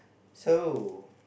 so